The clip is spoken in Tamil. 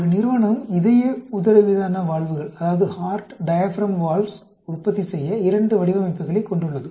ஒரு நிறுவனம் இதய உதரவிதான வால்வுகளை உற்பத்தி செய்ய இரண்டு வடிவமைப்புகளைக் கொண்டுள்ளது